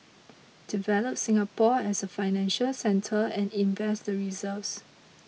develop Singapore as a financial centre and invest the reserves